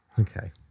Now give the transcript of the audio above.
Okay